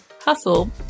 hustle